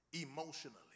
emotionally